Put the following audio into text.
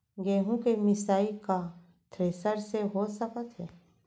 गेहूँ के मिसाई का थ्रेसर से हो सकत हे?